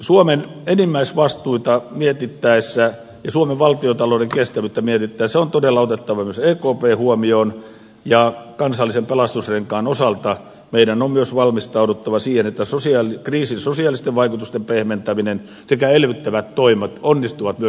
suomen enimmäisvastuita mietittäessä ja suomen valtiontalouden kestävyyttä mietittäessä on todella otettava myös ekp huomioon ja kansallisen pelastusrenkaan osalta meidän on myös valmistauduttava siihen että kriisin sosiaalisten vaikutusten pehmentäminen sekä elvyttävät toimet onnistuvat myös suomelle